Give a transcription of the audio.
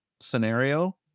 scenario